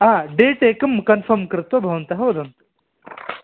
date एकं confirm कृत्वा भवन्तः वदन्तु